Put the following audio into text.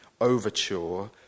overture